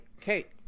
Kate